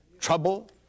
trouble